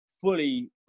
fully